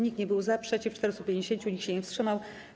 Nikt nie był za, przeciw - 450, nikt się nie wstrzymał.